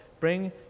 Bring